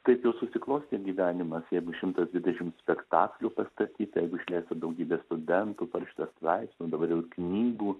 taip jau susiklostė gyvenimas jeigu šimtas dvidešims spektaklių pastatyta jeigu išleista daugybė studentų parašyta straipsnių o dabar jau ir knygų